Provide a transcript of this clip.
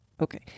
Okay